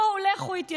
בואו, לכו איתי.